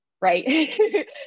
right